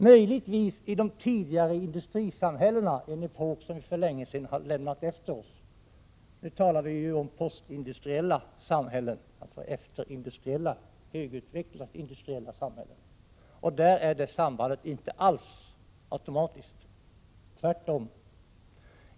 Möjligtvis var det så i de tidigare industrisamhällena, en epok som vi för länge sedan har lämnat bakom oss — nu talar vi ju om det postindustriella, efterindustriella, högt utvecklade industriella samhället, och där är ett sådant samband inte alls givet, tvärtom.